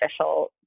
official